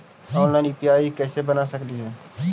Online UPI कैसे बना सकली ही?